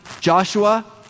Joshua